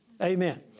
amen